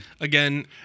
again